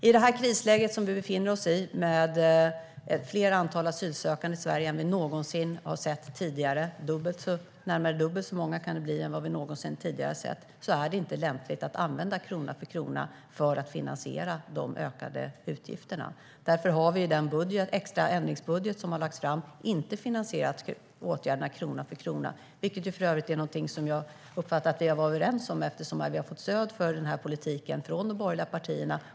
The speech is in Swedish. I det krisläge som vi befinner oss i med ett större antal asylsökande i Sverige än vi någonsin har sett tidigare - det kan bli närmare dubbelt så många som vi någonsin har sett tidigare - är det inte lämpligt att använda krona-för-krona-principen för att finansiera de ökade utgifterna. Därför har vi i den extra ändringsbudget som har lagts fram inte finansierat åtgärderna krona för krona. Det är för övrigt någonting som jag uppfattade att vi var överens om, eftersom vi har fått stöd för den politiken från de borgerliga partierna.